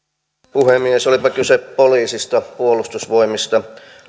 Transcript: puhemies olipa kyse poliisista puolustusvoimista